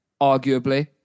arguably